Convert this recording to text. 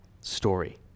story